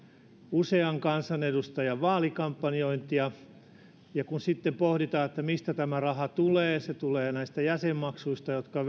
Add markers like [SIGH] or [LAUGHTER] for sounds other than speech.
usean kansanedustajan vaalikampanjointia ja kun sitten pohditaan mistä tämä raha tulee se tulee näistä jäsenmaksuista jotka [UNINTELLIGIBLE]